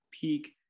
peak